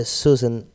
susan